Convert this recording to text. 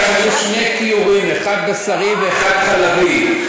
יהיו שני כיורים: אחד בשרי ואחד חלבי.